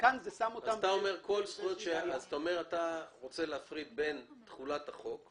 כאן זה שם אותן -- אתה רוצה להפריד בין תחולת החוק על